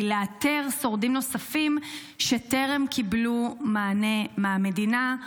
לאתר שורדים נוספים שטרם קיבלו מענה מהמדינה?